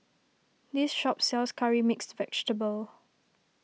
this shop sells Curry Mixed Vegetable